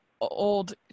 old